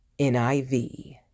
NIV